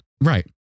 right